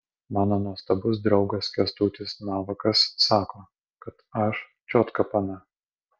mano nuostabus draugas kęstutis navakas sako kad aš čiotka pana